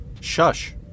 shush